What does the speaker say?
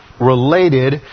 related